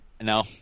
No